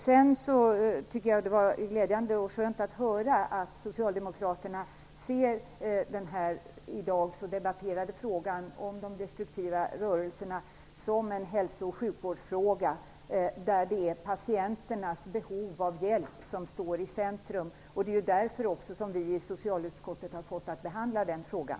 Sedan tycker jag att det var glädjande och skönt att höra att Socialdemokraterna ser den i dag så debatterade frågan om de destruktiva rörelserna som en hälso och sjukvårdsfråga där det är patienternas behov av hjälp som står i centrum. Det är ju därför som vi i socialutskottet har fått att behandla den frågan.